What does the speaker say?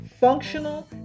functional